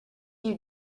you